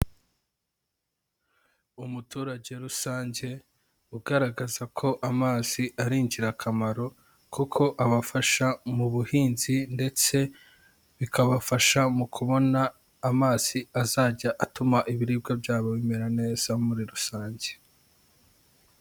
Umuturage rusange, ugaragaza ko amazi ari ingirakamaro, kuko abafasha mu buhinzi ndetse bikabafasha mu kubona amazi azajya atuma ibiribwa byabo bimera neza muri rusange.